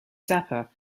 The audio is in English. zappa